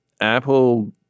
Apple